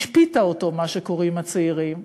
השפיטה אותו, מה שקוראים הצעירים,